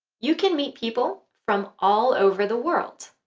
you can meet people from all over the world